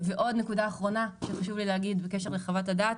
נקודה אחרונה בקשר לחוות הדעת